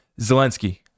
Zelensky